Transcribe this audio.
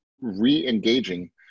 re-engaging